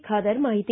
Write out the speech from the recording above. ಖಾದರ್ ಮಾಹಿತಿ